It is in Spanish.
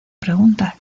pregunta